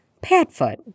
Padfoot